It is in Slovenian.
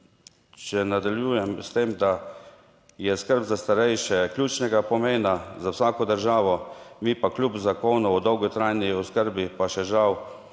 če nadaljujem s tem, da je skrb za starejše ključnega pomena za vsako državo, mi pa kljub Zakonu o dolgotrajni oskrbi pa še žal